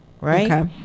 right